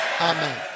Amen